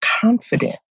confident